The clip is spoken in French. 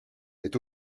est